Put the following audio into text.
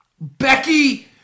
Becky